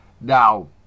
Now